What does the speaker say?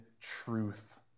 truth